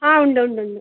ആ ഉണ്ട് ഉണ്ട് ഉണ്ട്